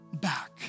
back